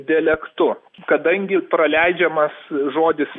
dialektu kadangi praleidžiamas žodis